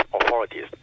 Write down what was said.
authorities